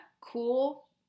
cool